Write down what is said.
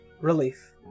relief